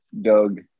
Doug